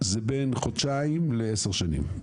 זה בין חודשיים לעשר שנים.